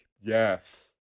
Yes